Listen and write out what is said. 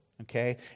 okay